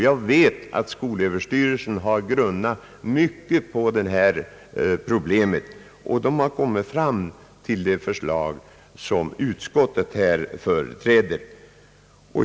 Jag vet att skolöverstyrelsen har grubblat mycket på detta problem och har kommit fram till det förslag som utskottet presenterat.